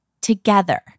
together